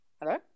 hello